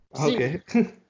Okay